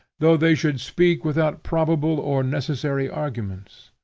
though they should speak without probable or necessary arguments.